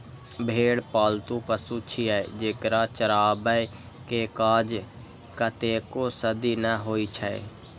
भेड़ पालतु पशु छियै, जेकरा चराबै के काज कतेको सदी सं होइ छै